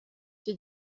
icyo